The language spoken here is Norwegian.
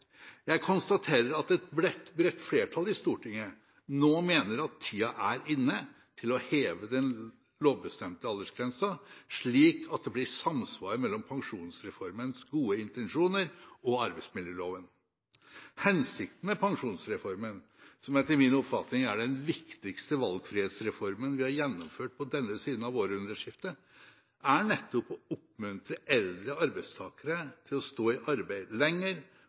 Jeg konstaterer at et bredt flertall i Stortinget nå mener at tiden er inne til å heve den lovbestemte aldersgrensen, slik at det blir samsvar mellom pensjonsreformens gode intensjoner og arbeidsmiljøloven. Hensikten med pensjonsreformen, som etter min oppfatning er den viktigste valgfrihetsreformen vi har gjennomført på denne siden av århundreskiftet, er nettopp å oppmuntre eldre arbeidstakere til å stå i arbeid lenger